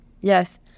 Yes